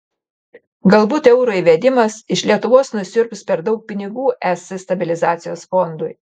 galbūt euro įvedimas iš lietuvos nusiurbs per daug pinigų es stabilizacijos fondui